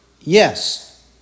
Yes